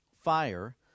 Fire